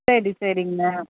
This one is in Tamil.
சரி சரிங்க